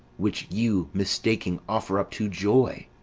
which you, mistaking, offer up to joy.